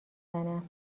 زنم